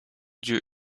dieu